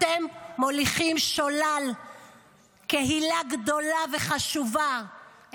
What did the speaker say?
אתם מוליכים שולל קהילה גדולה וחשובה,